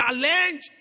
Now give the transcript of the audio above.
challenge